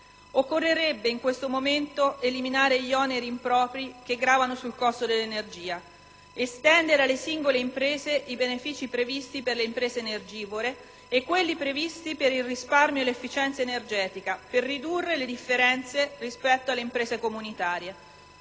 Occorrerebbe in questo momento eliminare gli oneri impropri che gravano sul costo dell'energia ed estendere alle singole imprese i benefici previsti per le imprese energivore e quelli previsti per il risparmio e l'efficienza energetica per ridurre le differenze rispetto alle imprese comunitarie.